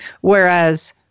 Whereas